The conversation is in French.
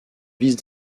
vis